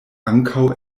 ankaŭ